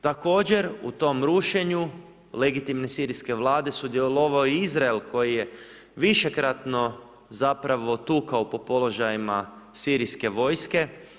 Također u tom rušenju legitimne sirijske vlade sudjelovao je Izrael koji je višekratno zapravo tukao po položajima sirijske vojske.